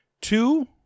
two